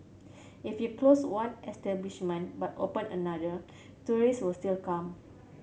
if you close one establishment but open another tourist will still come